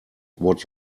what